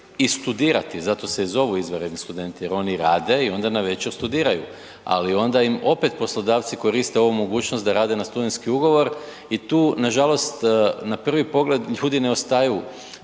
i studirati, zato se i zovu izvanredni studenti jer oni rade i onda navečer studiraju ali onda im opet poslodavci koriste ovu mogućnost da rade na studentski ugovor i tu nažalost na prvi pogled ljudi ne ostaju